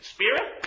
Spirit